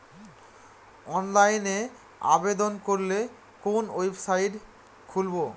অনলাইনে আবেদন করলে কোন ওয়েবসাইট খুলব?